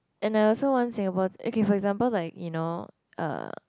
and I also want Singapore okay for example like you know uh